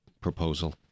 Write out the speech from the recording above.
proposal